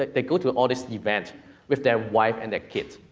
like they go to all these events with their wife and their kids.